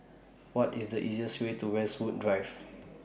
What IS The easiest Way to Westwood Drive